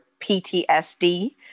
PTSD